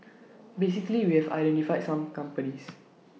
basically we have identified some companies